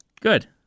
Good